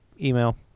email